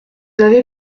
avez